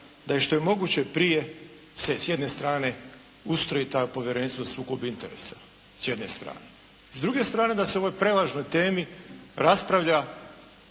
da je što je moguće prije se s jedne strane ustroji ta povjerenstva u sukobu interesa, s jedne strane. S druge strane da se o ovoj prevažnoj temi raspravlja